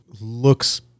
looks